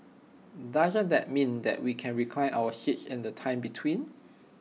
doesn't that mean that we can recline our seats in the time between